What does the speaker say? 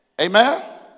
Amen